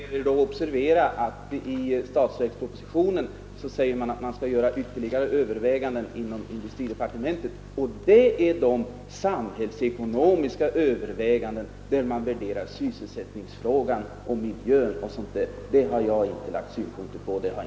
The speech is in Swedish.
Fru talman! Observera, herr Boo, att i statsverkspropositionen sägs att man skall göra ytterligare överväganden inom industridepartementet. Det gäller samhällsekonomiska överväganden där man värderar sysselsättning, miljö och sådant. Dessa saker har jag inte lagt synpunkter på här.